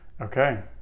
Okay